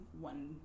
one